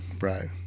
right